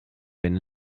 wenn